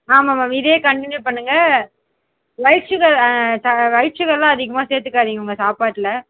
ஆமாம் மேம் இதே கண்டினியூ பண்ணுங்க லைட் சுகர் க ரைட் சுகரெலாம் அதிகமாக சேர்த்துக்காதிங்க உங்கள் சாப்பாட்டில்